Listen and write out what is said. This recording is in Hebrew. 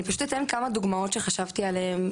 אני פשוט אתן כמה דוגמאות שחשבתי עליהן.